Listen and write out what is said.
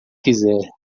quiser